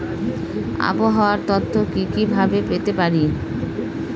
আবহাওয়ার তথ্য কি কি ভাবে পেতে পারি?